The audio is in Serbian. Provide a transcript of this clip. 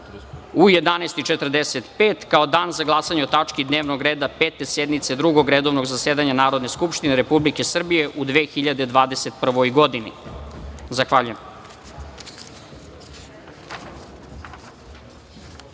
časova, kao dan za glasanje o tački dnevnog reda Pete sednice Drugog redovnog zasedanja Narodne skupštine Republike Srbije u 2021. godini. Zahvaljujem. Poštovane